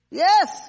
yes